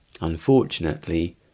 Unfortunately